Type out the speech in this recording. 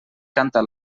canta